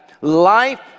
life